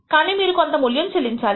కానీ మీరు కొంత మూల్యము చెల్లించాలి